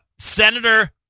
Senator